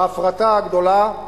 בהפרטה הגדולה,